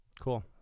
Cool